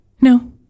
No